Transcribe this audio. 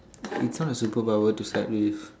it's not a superpower to start with